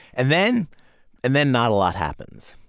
and then and then not a lot happens.